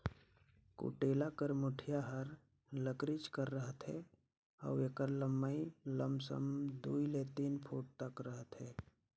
कुटेला कर मुठिया हर लकरिच कर रहथे अउ एकर लम्मई लमसम दुई ले तीन फुट तक रहथे